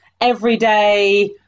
everyday